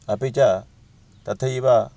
अपि च तथैव